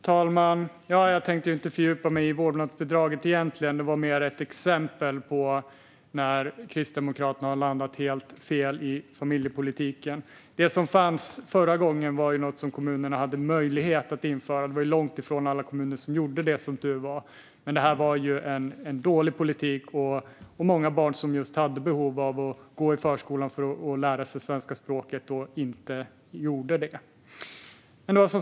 Fru talman! Jag tänkte egentligen inte fördjupa mig i vårdnadsbidraget. Det var mer ett exempel på när Kristdemokraterna har landat helt fel i familjepolitiken. Det som fanns förra gången var något som kommunerna hade möjlighet att införa. Det var, som tur var, långt ifrån alla kommuner som gjorde det. Men det var dålig politik. Många barn som hade behov av att just gå i förskolan för att lära sig svenska språket gjorde inte det.